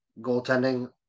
goaltending